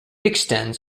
extends